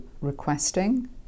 requesting